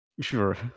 Sure